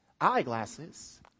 Eyeglasses